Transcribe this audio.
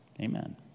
Amen